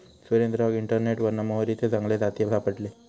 सुरेंद्राक इंटरनेटवरना मोहरीचे चांगले जाती सापडले